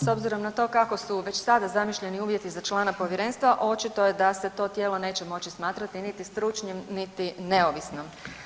S obzirom na to kako su već sada zamišljeni uvjeti za člana povjerenstva očito je da se to tijelo neće moći smatrati niti stručnim, niti neovisno.